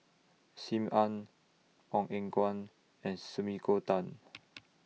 SIM Ann Ong Eng Guan and Sumiko Tan